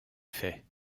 faits